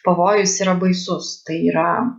pavojus yra baisus tai yra